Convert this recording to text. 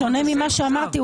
בשונה ממה שאמרתי,